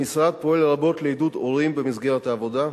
המשרד פועל רבות לעידוד הורים במסגרת העבודה: